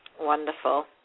Wonderful